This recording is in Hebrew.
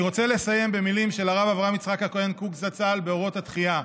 אני רוצה לסיים במילים של הרב אברהם יצחק הכהן קוק זצ"ל ב"אורות התחיה".